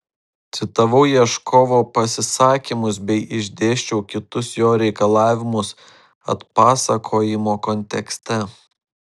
citavau ieškovo pasisakymus bei išdėsčiau kitus jo reikalavimus atpasakojimo kontekste